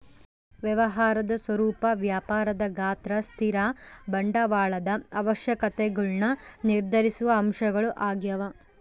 ವ್ಯವಹಾರದ ಸ್ವರೂಪ ವ್ಯಾಪಾರದ ಗಾತ್ರ ಸ್ಥಿರ ಬಂಡವಾಳದ ಅವಶ್ಯಕತೆಗುಳ್ನ ನಿರ್ಧರಿಸುವ ಅಂಶಗಳು ಆಗ್ಯವ